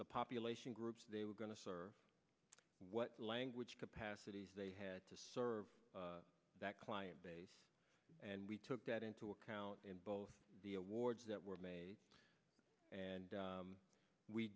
the population groups they were going to serve what language capacities they had to serve that client base and we took that into account in both the awards that were made and